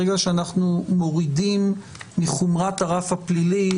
ברגע שאנחנו מורידים מחומרת הרף הפלילי,